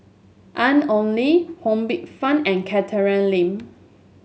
Ian Ong Li Ho Poh Fun and Catherine Lim